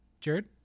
Jared